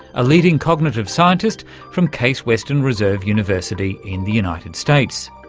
a leading cognitive scientist from case western reserve university in the united states.